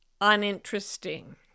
uninteresting